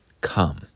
Come